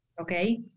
Okay